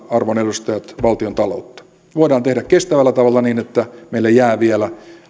arvon edustajat valtion taloutta voidaan tehdä kestävällä tavalla niin että meille jää vielä